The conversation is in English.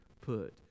put